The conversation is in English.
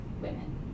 women